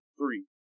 three